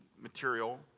material